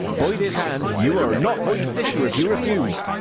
by this hand, you are not my suster, if you refuse.